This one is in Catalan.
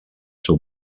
seu